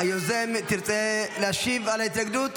היוזם, תרצה להשיב על ההתנגדות?